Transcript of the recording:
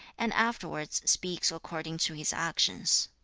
and afterwards speaks according to his actions